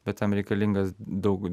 bet tam reikalingas daug